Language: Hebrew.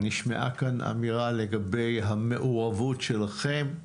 נשמעה כאן אמירה לגבי המעורבות שלכם,